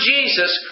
Jesus